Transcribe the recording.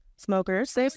Smokers